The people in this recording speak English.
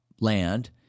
land